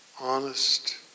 honest